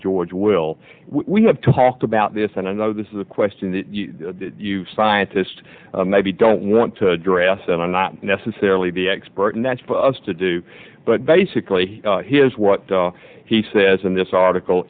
george will we have talked about this and i know this is a question that scientist maybe don't want to address and i'm not necessarily the expert and that's for us to do but basically here's what he says in this article